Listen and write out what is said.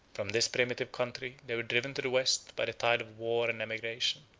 from this primitive country they were driven to the west by the tide of war and emigration,